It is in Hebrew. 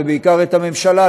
ובעיקר את הממשלה,